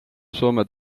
soome